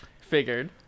figured